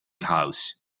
house